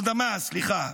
הרדמה, סליחה,